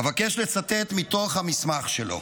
אבקש לצטט מתוך המסמך שלו: